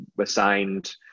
assigned